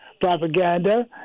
propaganda